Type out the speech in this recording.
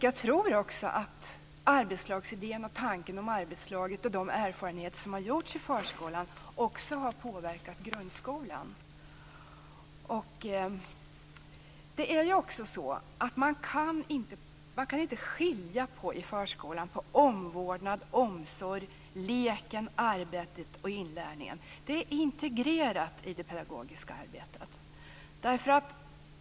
Jag tror också att arbetslagsidén, tanken om arbetslaget och de erfarenheter som har gjorts i förskolan, har påverkat grundskolan. Man kan inte i förskolan skilja på omvårdnad, omsorg, lek, arbete och inlärning. Det är integrerat i det pedagogiska arbetet.